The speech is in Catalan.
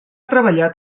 treballat